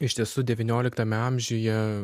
iš tiesų devynioliktame amžiuje